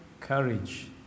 courage